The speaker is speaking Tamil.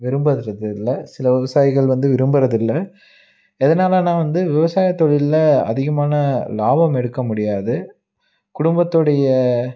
விரும்புகிறது இல்லை சில விவசாயிகள் வந்து விரும்புகிறது இல்லை எதனாலன்னா வந்து விவசாயம் தொழிலில் அதிகமான லாபம் எடுக்க முடியாது குடும்பத்துடைய